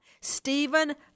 Stephen